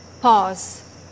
pause